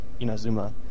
Inazuma